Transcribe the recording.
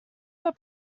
were